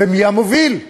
ומי המוביל?